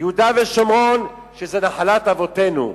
יהודה ושומרון, שזה נחלת אבותינו,